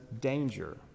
danger